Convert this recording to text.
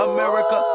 America